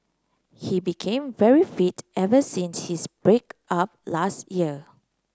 he became very fit ever since his break up last year